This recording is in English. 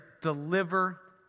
deliver